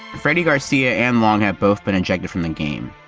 freddy garcia and long have both been ejected from the game.